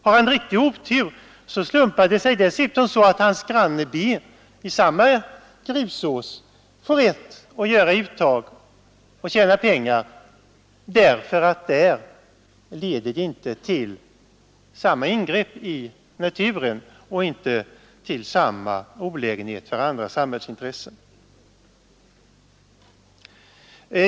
Har han en riktig otur, slumpar det sig dessutom så att hans granne B i samma grusås får rätt att göra uttag och tjäna pengar därför att där leder det inte till samma ingrepp i naturen och inte till samma olägenheter för andra samhällsintressen.